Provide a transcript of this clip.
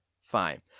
Fine